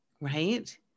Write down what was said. right